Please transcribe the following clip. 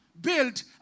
built